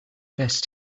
best